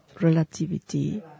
relativity